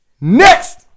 Next